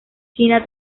china